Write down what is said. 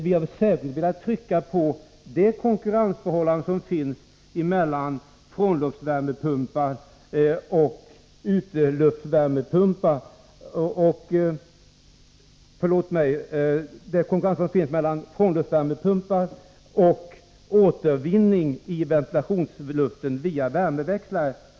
Vi har särskilt velat trycka på det konkurrensförhållande som finns mellan frånluftsvärmepumpar och återvinning i ventilationsluften via värmeväxlare.